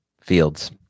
Fields